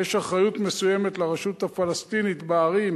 שיש אחריות מסוימת לרשות הפלסטינית בערים